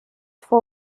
for